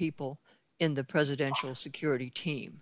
people in the presidential security team